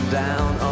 down